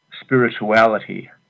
spirituality